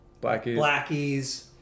blackies